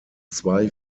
zwei